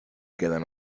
queden